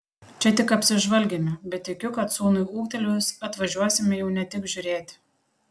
čia tik apsižvalgėme bet tikiu kad sūnui ūgtelėjus atvažiuosime jau ne tik žiūrėti